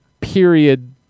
period